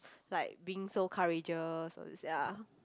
like being so courageous all this ya